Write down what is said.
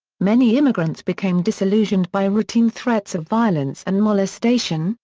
many immigrants became disillusioned by routine threats of violence and molestation,